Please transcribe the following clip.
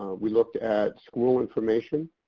we looked at school information,